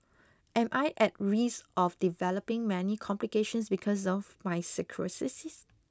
am I at risk of developing many complications because of my cirrhosis